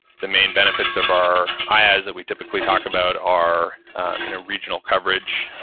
the main benefits of our iaas that we typically talk about are you know regional coverage.